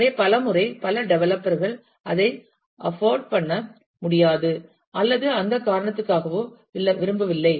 எனவே பல முறை பல டெவலப்பர்கள் அதை அப்போட் பண்ண முடியாது அல்லது அந்த காரணத்திற்காகவோ விரும்பவில்லை